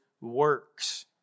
works